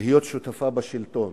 להיות שותפה בשלטון,